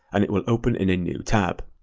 and it will open in a new tab.